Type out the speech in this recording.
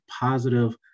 positive